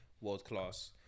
world-class